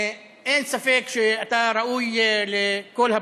אין ספק שאתה ראוי לכל הברכה,